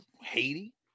Haiti